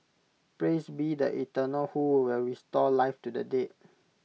praise be the eternal who will restore life to the dead